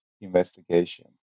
investigation